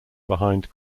behind